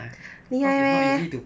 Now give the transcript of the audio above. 厉害 meh